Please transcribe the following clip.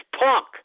punk